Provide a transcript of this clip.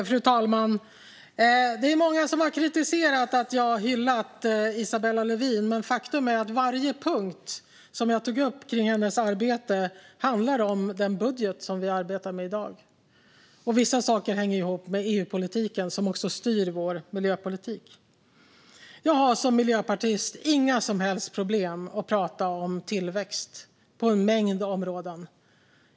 Fru talman! Det är många som har kritiserat att jag har hyllat Isabella Lövin. Men faktum är att varje punkt jag tog upp om hennes arbete handlar om den budget som vi arbetar med i dag. Vissa saker hänger ihop med EU-politiken som också styr vår miljöpolitik. Jag har som miljöpartist inga som helst problem att tala om tillväxt.